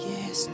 Yes